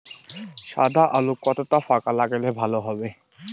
সাদা আলু কতটা ফাকা লাগলে ভালো হবে?